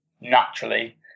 naturally